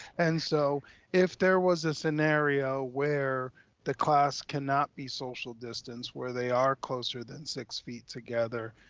and so if there was a scenario where the class cannot be social distanced, where they are closer than six feet together,